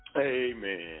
Amen